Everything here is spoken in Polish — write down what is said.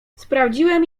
sprawdziłem